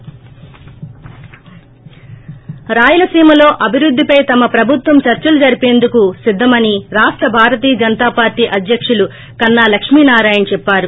రాయలసీమలో రాయలసీమలో అభివృద్ది పై తమ ప్రభుత్వం చర్చలు జరిపేందుకు సిద్దమని రాష్ట భారతీయ జనత పార్టీ అధ్యకులు కన్నా లక్ష్మి నారయణ చెప్పారు